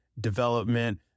development